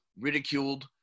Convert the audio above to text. ridiculed